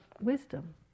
wisdom